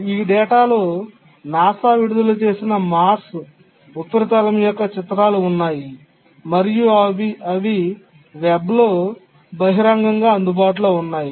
ఈ డేటాలో నాసా విడుదల చేసిన మార్స్ ఉపరితలం యొక్క చిత్రాలు ఉన్నాయి మరియు అవి వెబ్లో బహిరంగంగా అందుబాటులో ఉన్నాయి